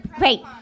Wait